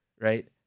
right